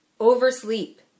Oversleep